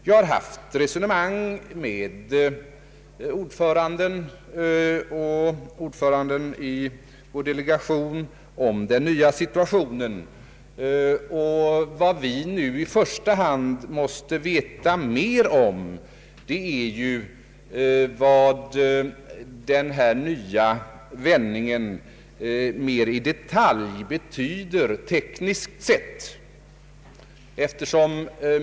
Vi har fört resonemang med ordföranden i CERN och ordföranden i vår delegation om den nya situationen. Vad vi nu i första hand måste veta mer om är vad den här nya vändningen betyder mera i detalj tekniskt sett.